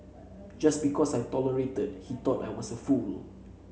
just because I tolerated he thought I was a fool